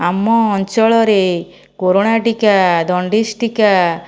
ଆମ ଅଞ୍ଚଳରେ କୋରନା ଟୀକା ଜଣ୍ଡିସ ଟୀକା